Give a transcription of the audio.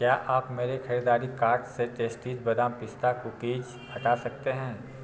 क्या आप मेरे खरीदारी कार्ट से टेस्टीज़ बादाम पिस्ता कुकीज़ हटा सकते हैं